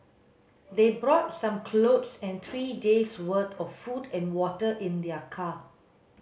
they brought some clothes and three days' worth of food and water in their car